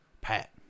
Pat